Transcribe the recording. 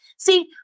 See